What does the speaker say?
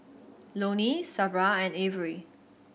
Loney Sabra and Averie